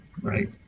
right